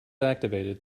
activated